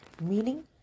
Meaning